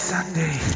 Sunday